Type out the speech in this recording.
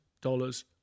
dollars